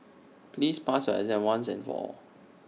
please pass your exam once and for all